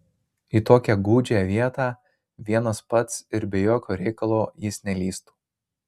į tokią gūdžią vietą vienas pats ir be jokio reikalo jis nelįstų